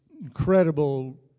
incredible